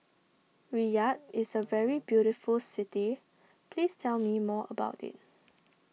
Riyadh is a very beautiful city please tell me more about it